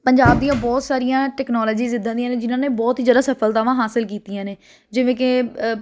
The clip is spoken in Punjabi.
ਪੰਜਾਬ ਦੀਆਂ ਬਹੁਤ ਸਾਰੀਆਂ ਟੈਕਨੋਲੋਜਿਜ ਇੱਦਾਂ ਦੀਆਂ ਨੇ ਜਿਹਨਾਂ ਨੇ ਬਹੁਤ ਹੀ ਜ਼ਿਆਦਾ ਸਫਲਤਾਵਾਂ ਹਾਸਿਲ ਕੀਤੀਆਂ ਨੇ ਜਿਵੇਂ ਕਿ